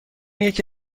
یکی